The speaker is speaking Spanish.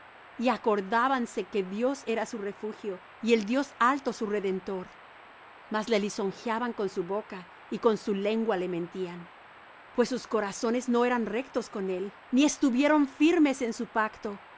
y acordábanse que dios era su refugio y el dios alto su redentor mas le lisonjeaban con su boca y con su lengua le mentían pues sus corazones no eran rectos con él ni estuvieron firmes en su pacto